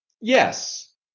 yes